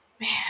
Man